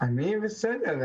אני בסדר.